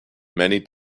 many